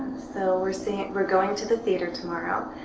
so we're seeing. we're going to the theater tomorrow,